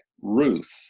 Ruth